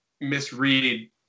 misread